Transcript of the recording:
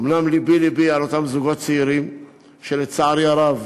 אומנם לבי לבי על אותם זוגות צעירים שלצערי הרב